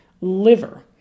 liver